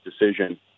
decision